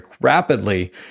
rapidly